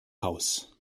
haus